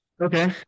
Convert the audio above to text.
Okay